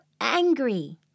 angry